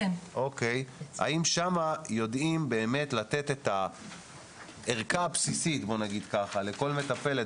האם שם יודעים באמת לתת את הערכה הבסיסית לכל מטפלת